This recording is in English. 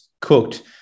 cooked